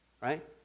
right